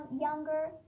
younger